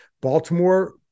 Baltimore